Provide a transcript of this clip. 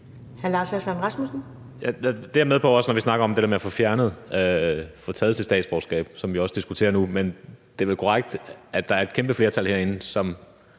Det er jeg med på, også når vi snakker om det der med at få taget sit statsborgerskab, som vi også diskuterer nu. Men det er vel korrekt, at der er et kæmpe flertal herinde, som,